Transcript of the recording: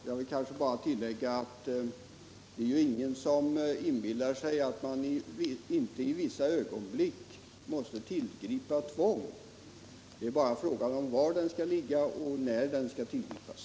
Jag vill bara tillägga att det inte är någon som inbillar sig att man inte i vissa ögonblick måste tillgripa tvång — det är bara fråga om var det skall ligga och när det skall tillgripas.